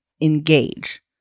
engage